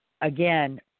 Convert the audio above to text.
again